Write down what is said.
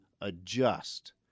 adjust